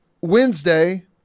Wednesday